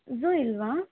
zoo ಇಲ್ವಾ